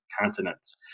continents